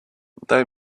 they